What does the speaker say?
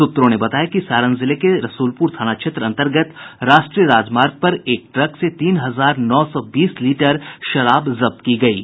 सूत्रों ने बताया कि सारण जिले के रसूलपुर थाना क्षेत्र अन्तर्गत राष्ट्रीय राजमार्ग पर एक ट्रक से तीन हजार नौ सौ बीस लीटर शराब जब्त की गयी है